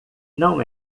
não